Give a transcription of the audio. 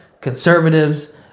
conservatives